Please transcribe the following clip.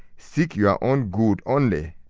seek your own good only,